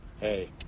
Hey